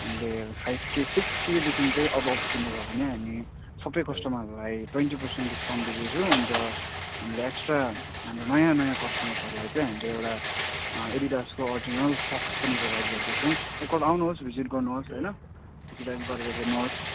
हामीले फाइभ के सिक्स केदेखि चाहिँ एबभ किन्नु भयो भने हामी सबै कस्टमरहरूलाई ट्वेन्टी पर्सेन्ट डिस्काउन्ट दिँदैछौँ अन्त हामीले एक्स्ट्रा हाम्रो नयाँ नयाँ कस्टमर्सहरूलाई चाहिँ हामीले एउटा एडिडासको ओरिजिनल सक्स पनि प्रोभाइड गर्दैछौँ एकपल्ट आउनुहोस् भिजिट गर्नुहोस् होइन भिजिट गरेर हेर्नुहोस्